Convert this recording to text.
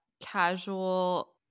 casual